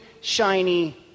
shiny